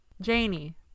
Janie